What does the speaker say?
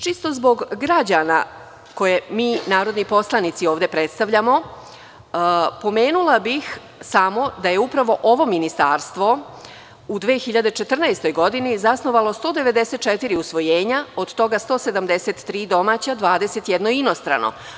Čisto zbog građana, koje mi, narodni poslanici, ovde predstavljamo, pomenula bih samo da je upravo ovo ministarstvo u 2014. godini zasnovalo 194 usvojenja, od toga 173 domaća, a 21 inostrano.